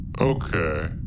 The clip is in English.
Okay